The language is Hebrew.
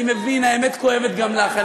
אני מבין, האמת כואבת גם לך.